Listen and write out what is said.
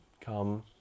come